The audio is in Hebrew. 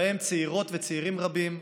ובהם צעירות וצעירים רבים,